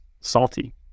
salty